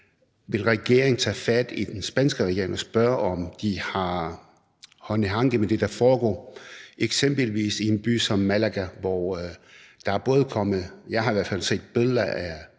om regeringen vil tage fat i den spanske regering og spørge, om de har hånd i hanke med det, der foregår, eksempelvis i en by som Malaga, hvor der er kommet – jeg har da i hvert fald set billeder